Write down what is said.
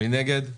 מי נגד?